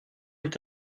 est